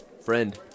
Friend